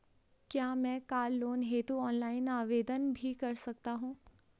क्या मैं car loan हेतु ऑनलाइन आवेदन भी कर सकता हूँ?